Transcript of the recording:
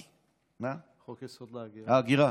חוק-יסוד: ההגירה.